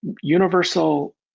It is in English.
universal